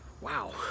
wow